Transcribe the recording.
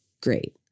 great